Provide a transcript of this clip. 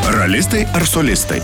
ralistai ar solistai